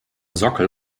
sockel